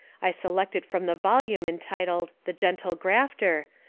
i select it from the volume entitled the gentle grafter,